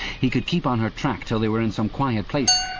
he could keep on her track till they were in some quiet place,